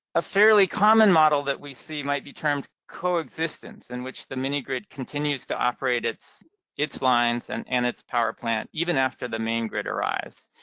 a fairly common model that we see might be termed coexistence in which the mini-grid continues to operate its its lines and and its power plant even after the main grid arrives,